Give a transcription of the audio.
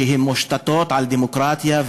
שמושתתים על דמוקרטיה,